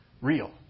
Real